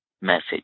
message